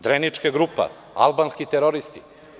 Drenička grupa, albanski teroristi.